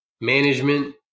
management